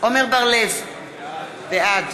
עמר בר-לב, בעד